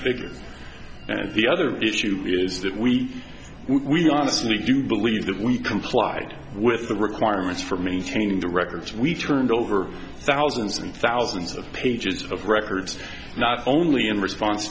figure and the other issue is that we we honestly do believe that we complied with the requirements for maintaining the records we've turned over thousands and thousands of pages of records not only in response